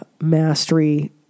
mastery